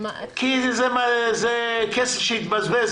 כי זה כסף שיתבזבז,